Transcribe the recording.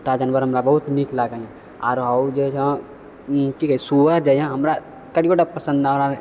कुत्ता जानवर हमरा बहुत नीक लागैए आओर हउ जे छै ई कि कहै छै सुअर जे हइ हमरा कनिओटा पसन्द नहि आबैए